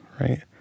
right